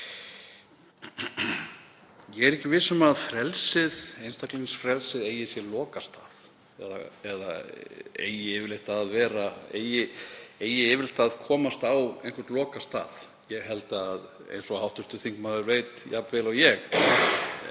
Ég er ekki viss um að einstaklingsfrelsið eigi sér lokastað eða eigi yfirleitt að komast á einhvern lokastað. Ég held, eins og hv. þingmaður veit jafn vel og ég,